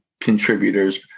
contributors